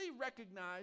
recognize